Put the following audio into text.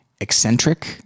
eccentric